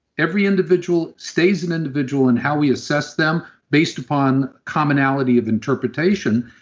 every individual stays an individual and how we assess them based upon commonality of interpretation.